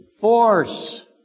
force